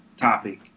topic